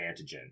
antigen